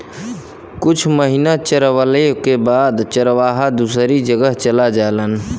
कुछ महिना चरवाले के बाद चरवाहा दूसरी जगह चल जालन